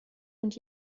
und